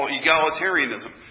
egalitarianism